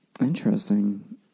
Interesting